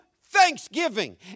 thanksgiving